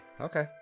Okay